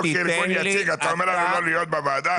אנחנו ארגון יציג ואתה אומר לנו לא להיות בוועדה?